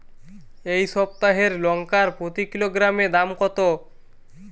এই সপ্তাহের লঙ্কার প্রতি কিলোগ্রামে দাম কত?